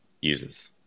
users